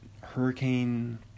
Hurricane